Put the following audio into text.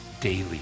daily